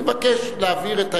נבקש להבהיר את העניין.